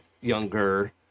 younger